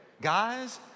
Guys